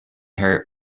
her